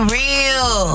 real